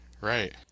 Right